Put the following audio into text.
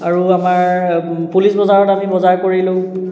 আৰু আমাৰ পুলিচ বজাৰত আমি বজাৰ কৰিলোঁ